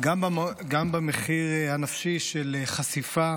גם במחיר הנפשי של חשיפה